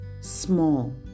small